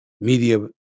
Media